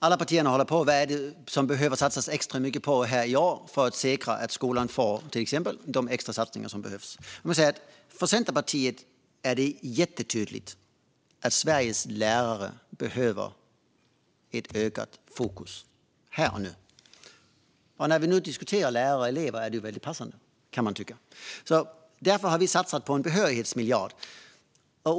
Alla partier håller på och överväger vad som behöver satsas extra mycket på i år för att säkra att till exempel skolan får de extra satsningar som behövs. Låt mig säga att för Centerpartiet är det jättetydligt att Sveriges lärare behöver ökat fokus här och nu. När vi nu diskuterar lärare och elever är det väldigt passande, kan man tycka. Därför har vi satsat på en behörighetsmiljard.